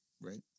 right